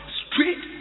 street